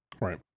right